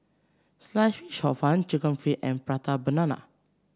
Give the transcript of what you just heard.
Sliced Fish Hor Fun chicken feet and Prata Banana